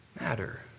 matter